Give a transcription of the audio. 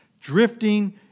Drifting